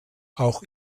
auch